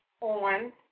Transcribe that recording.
on